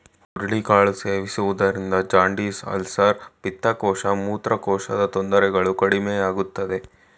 ಹುರುಳಿ ಕಾಳು ಸೇವಿಸುವುದರಿಂದ ಜಾಂಡಿಸ್, ಅಲ್ಸರ್, ಪಿತ್ತಕೋಶ, ಮೂತ್ರಕೋಶದ ತೊಂದರೆಗಳು ಕಡಿಮೆಯಾಗುತ್ತದೆ